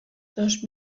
dos